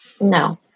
No